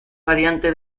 variante